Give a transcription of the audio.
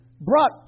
brought